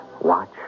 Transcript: watch